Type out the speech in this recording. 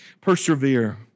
persevere